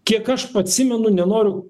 kiek aš atsimenu nenoriu